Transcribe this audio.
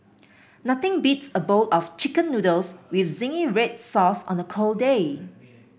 nothing beats a bowl of chicken noodles with zingy red sauce on a cold day